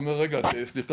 ואומר רגע סליחה,